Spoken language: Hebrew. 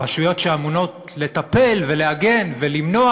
הרשויות שאמונות לטפל ולהגן ולמנוע